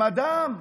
הם אדם.